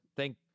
Thank